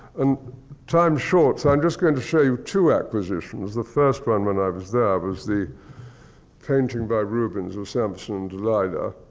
and time's short, so i'm just going to show two acquisitions. the first one, when i was there, was the painting by rubens of samson and delilah.